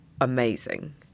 amazing